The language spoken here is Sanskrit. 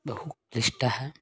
बहु क्लिष्टः